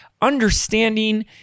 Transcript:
understanding